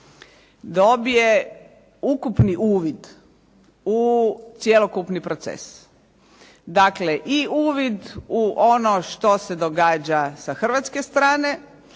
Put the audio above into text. dobije ukupni uvid u cjelokupni proces. Dakle i uvid u ono što se događa sa hrvatske strane,